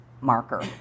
marker